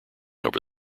over